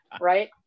right